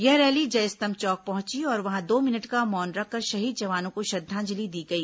यह रैली जयस्तंभ चौक पहुंची और वहां दो मिनट का मौन रखकर शहीद जवानों को श्रद्दांजलि दी गई